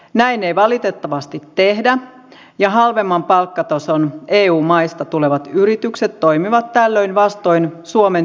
näin ei valitettavasti tehdä ja halvemman palkkatason eu maista tulevat yritykset toimivat tällöin vastoin suomen työlainsäädäntöä